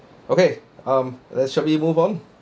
okay um shall we move on